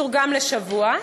תורגם לשבוע.